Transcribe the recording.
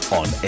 on